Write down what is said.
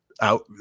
Out